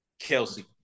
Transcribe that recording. Kelsey